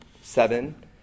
seven